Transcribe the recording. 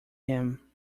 him